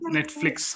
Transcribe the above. Netflix